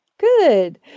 good